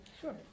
Sure